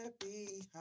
happy